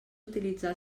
utilitzar